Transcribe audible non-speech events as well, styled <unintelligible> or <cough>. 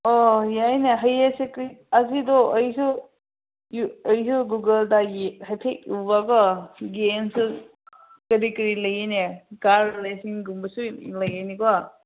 ꯑꯣ ꯌꯥꯏꯅꯦ ꯍꯌꯦꯡꯁꯦ ꯀꯔꯤ ꯑꯁꯤꯗꯣ ꯑꯩꯁꯨ <unintelligible> ꯒꯨꯒꯜꯗꯒꯤ ꯍꯥꯏꯐꯦꯠ ꯎꯕꯀꯣ ꯒꯦꯝꯁꯨ ꯀꯔꯤ ꯀꯔꯤ ꯂꯩꯌꯦꯅꯦ ꯀꯥꯔ ꯔꯦꯁꯤꯡꯒꯨꯝꯕꯁꯨ ꯂꯩꯒꯅꯤꯀꯣ